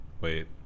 wait